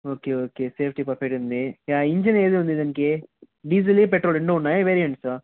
okay okay safety perfect ఉంది engine ఏది ఉంది దానికి డీజిల్ పెట్రోల్ రెండు ఉన్నాయా వేరియంట్స్